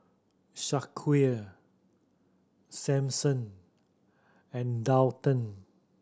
Shaquille Samson and Daulton